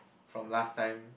from last time